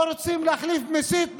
לא רוצים להחליף מסית במסית,